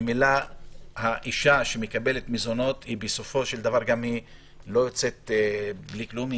ממילא האישה שמקבלת מזונות היא בסופו של דבר גם לא יוצאת בלי כלום,